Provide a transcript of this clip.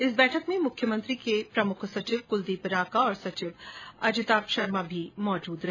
इस बैठक में मुख्यमंत्री के प्रमुख सचिव कुलदीप रांका और सचिव अजिताभ शर्मा भी मौजूद रहे